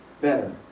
better